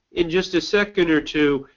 in just a second or two,